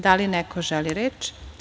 Da li neko želi reč?